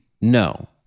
No